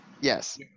Yes